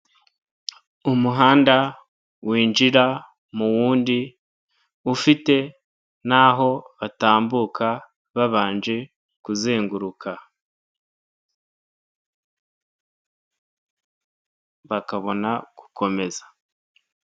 Umuhanda winjira mu wundi ufite naho batambuka babanje kuzenguruka bakabona gukomeza.